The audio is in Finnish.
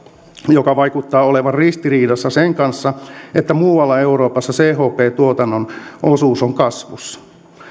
joka vaikuttaa olevan ristiriidassa sen kanssa että muualla euroopassa chp tuotannon osuus on kasvussa